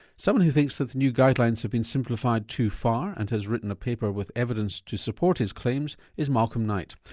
someone who thinks that the new guidelines have been simplified too far and has written a paper with evidence to support his claims, is malcolm knight.